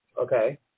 Okay